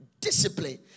Discipline